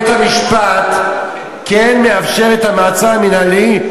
בית-המשפט כן מאפשר את המעצר המינהלי,